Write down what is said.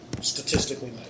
statistically